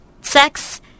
sex